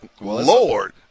lord